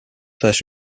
first